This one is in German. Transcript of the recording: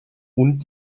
und